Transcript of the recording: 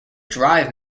drive